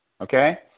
okay